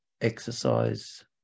exercise